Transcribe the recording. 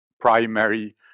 primary